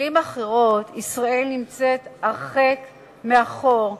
במלים אחרות ישראל נמצאת הרחק מאחור,